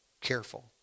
careful